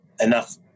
enough